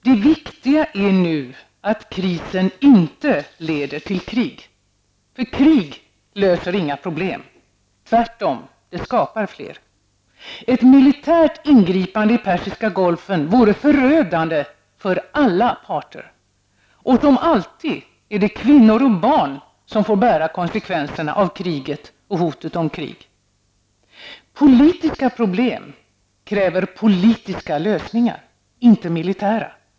Det viktiga är nu att krisen inte leder till krig. Krig löser inga problem -- tvärtom, det skapar fler. Ett militärt ingripande i Persiska golfen vore förödande för alla parter. Och som alltid är det kvinnor och barn som får bära konsekvenserna av kriget och av hotet om krig. Politiska problem kräver politiska lösningar, inte militära.